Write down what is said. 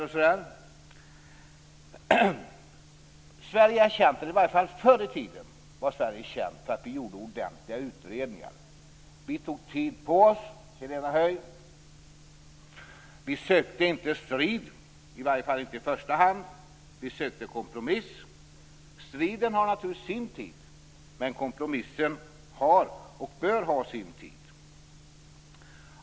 Sverige är känt för, eller var det i varje fall förr i tiden, att göra ordentliga utredningar. Vi tog tid på oss, Helena Höij. Vi sökte inte strid, i varje fall inte i första hand. Vi sökte kompromiss. Striden har naturligtvis sin tid, men kompromissen har, och bör ha, sin tid.